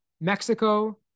Mexico